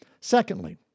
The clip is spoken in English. Secondly